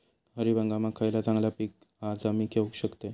खरीप हंगामाक खयला चांगला पीक हा जा मी घेऊ शकतय?